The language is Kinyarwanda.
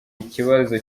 ikibazo